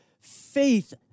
faith